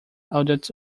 adults